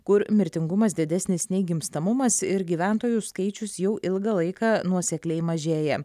kur mirtingumas didesnis nei gimstamumas ir gyventojų skaičius jau ilgą laiką nuosekliai mažėja